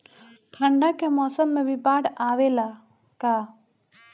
ठंडा के मौसम में भी बाढ़ आवेला का?